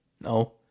No